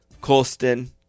Colston